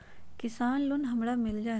किसान लोन हमरा मिल जायत?